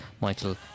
Michael